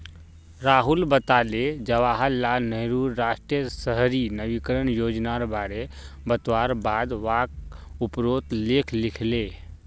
राहुल बताले जवाहर लाल नेहरूर राष्ट्रीय शहरी नवीकरण योजनार बारे बतवार बाद वाक उपरोत लेख लिखले